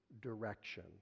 direction